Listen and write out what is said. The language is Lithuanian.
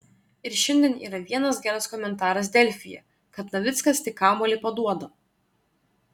ir šiandien yra vienas geras komentaras delfyje kad navickas tik kamuolį paduoda